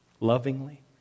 lovingly